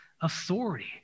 authority